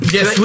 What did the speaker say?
Yes